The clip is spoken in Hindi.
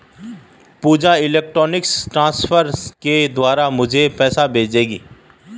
पूजा इलेक्ट्रॉनिक ट्रांसफर के द्वारा मुझें पैसा भेजेगी